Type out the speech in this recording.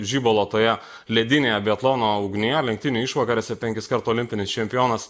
žibalo toje ledinėje biatlono ugnyje lenktynių išvakarėse penkiskart olimpinis čempionas